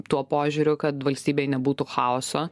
tuo požiūriu kad valstybėj nebūtų chaoso